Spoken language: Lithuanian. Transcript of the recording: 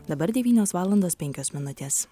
dabar devynios valandos penkios minutės